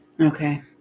Okay